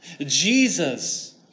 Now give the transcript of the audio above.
Jesus